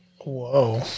Whoa